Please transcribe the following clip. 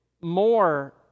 more